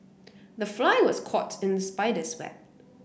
the fly was caught in the spider's web